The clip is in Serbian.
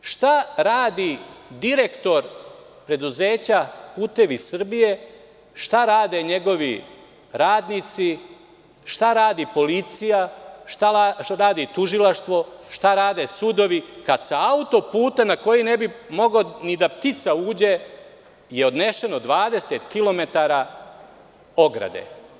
Zamislite šta radi direktor preduzeća „Putevi Srbije“, šta rade njegovi radnici, šta radi policija, šta radi tužilaštvo, šta rade sudovi kada je sa autoputa, na koji ne bi mogla ni ptica da uđe, odnešeno 20 kilometara ograde?